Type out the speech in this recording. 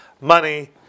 money